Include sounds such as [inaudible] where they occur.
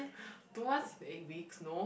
[breath] two months is eight weeks no